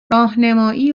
راهنمایی